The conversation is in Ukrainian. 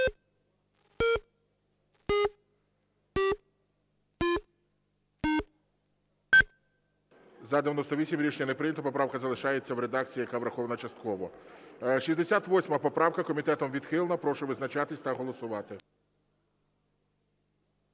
За-98 Рішення не прийнято. Поправка залишається в редакції, яка врахована частково. 68 поправка. Комітетом відхилена. Прошу визначатись та голосувати.